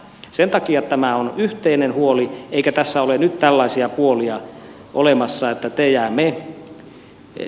sen takia tämä on yhteinen huoli eikä tässä ole nyt tällaisia puolia olemassa että te ja me